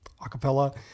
acapella